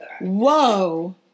Whoa